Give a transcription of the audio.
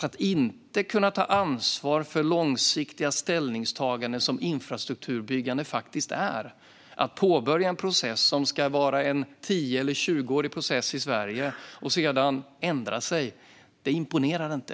Att inte kunna ta ansvar för långsiktiga ställningstaganden, som infrastrukturbyggande faktiskt är, och påbörja en tio eller tjugoårig process i Sverige och sedan ändra sig imponerar inte.